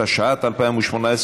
התשע"ט 2018,